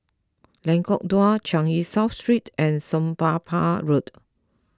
Lengkong Dua Changi South Street and Somapah Road